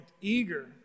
eager